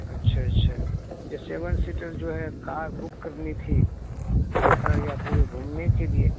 اچھا اچھا یہ سیون سیٹر جو ہے کار بک کرنی تھی اریا پوری گھومنے کے لیے